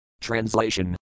Translation